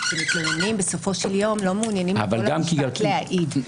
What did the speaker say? שמתלוננים בסופו של יום לא מעוניינים לבוא למשפט להעיד.